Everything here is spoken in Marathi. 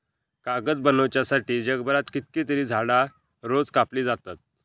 कागद बनवच्यासाठी जगभरात कितकीतरी झाडां रोज कापली जातत